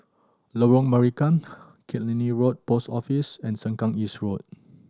Lorong Marican Killiney Road Post Office and Sengkang East Road